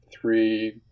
three